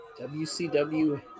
WCW